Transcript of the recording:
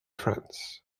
friends